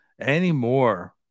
anymore